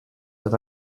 that